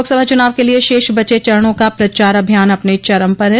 लोकसभा चुनाव के लिये शेष बचे चरणों का प्रचार अभियान अपने चरम पर है